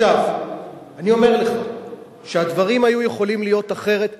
אני אומר לך שהדברים היו יכולים להיות אחרת לגמרי,